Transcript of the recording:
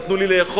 נתנו לי לאכול,